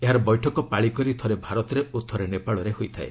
ଏହାର ବୈଠକ ପାଳିକରି ଥରେ ଭାରତରେ ଓ ଥରେ ନେପାଳରେ ହୋଇଥାଏ